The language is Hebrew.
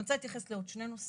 אני רוצה להתייחס לעוד שני דברים